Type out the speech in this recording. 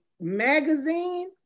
magazine